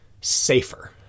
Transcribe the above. safer